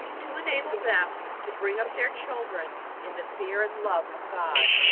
to enable them to bring up their children in the fear and love of god.